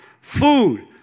food